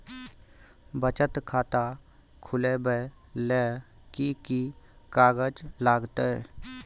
बचत खाता खुलैबै ले कि की कागज लागतै?